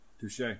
Touche